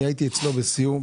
אני הייתי אצלו בסיור.